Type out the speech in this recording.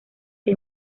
que